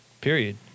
Period